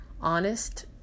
honest